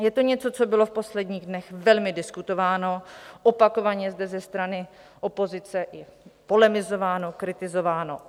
Je to něco, co bylo v posledních dnech velmi diskutováno, opakovaně zde ze strany opozice i polemizováno, kritizováno.